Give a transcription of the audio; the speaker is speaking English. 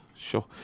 Sure